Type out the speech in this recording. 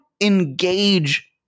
engage